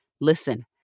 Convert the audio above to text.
Listen